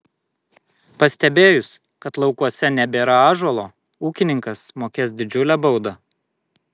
pastebėjus kad laukuose nebėra ąžuolo ūkininkas mokės didžiulę baudą